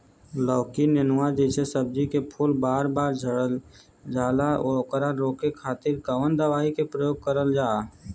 लौकी नेनुआ जैसे सब्जी के फूल बार बार झड़जाला ओकरा रोके खातीर कवन दवाई के प्रयोग करल जा?